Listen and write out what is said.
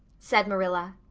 said marilla.